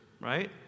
right